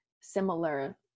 similar